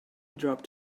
dropped